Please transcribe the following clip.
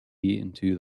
into